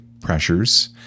pressures